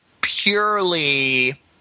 purely